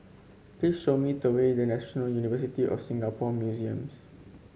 please show me the way the National University of Singapore Museums